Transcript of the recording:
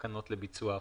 תקנות לביצוע החוק,